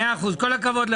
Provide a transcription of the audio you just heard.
כל הכבוד.